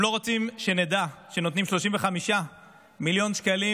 הם לא רוצים שנדע שנותנים 35 מיליוני שקלים